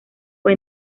fue